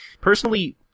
personally